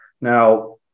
Now